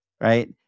right